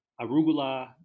arugula